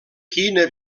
quina